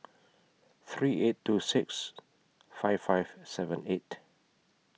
three eight two six five five seven eight